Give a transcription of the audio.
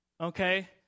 Okay